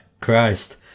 Christ